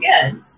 good